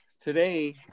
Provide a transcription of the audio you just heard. today